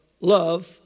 love